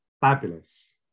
fabulous